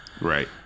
Right